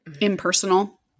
impersonal